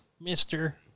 mister